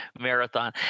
marathon